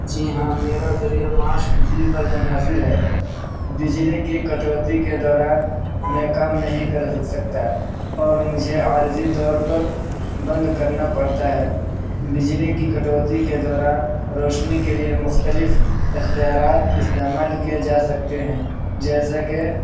جی ہاں میرا ذریعہ معاش بجلی پر منحصر ہے بجلی کی کٹوتی کے دوران میں کام نہیں کر سکتا اور مجھے عارضی طور پر بند کرنا پڑتا ہے بجلی کی کٹوتی کے دوران روشنی کے لیے مختلف اختیارات استعمال کیے جا سکتے ہیں جیسا کہ